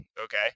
okay